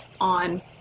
on